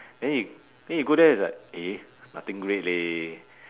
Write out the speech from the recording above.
then you then you go there is like eh nothing great leh